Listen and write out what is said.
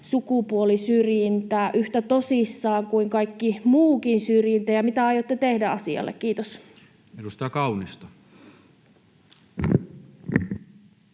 sukupuolisyrjintä yhtä tosissaan kuin kaikki muukin syrjintä, ja mitä aiotte tehdä asialle? — Kiitos. Edustaja Kaunisto.